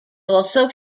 also